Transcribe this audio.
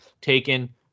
taken